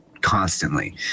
constantly